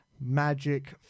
magic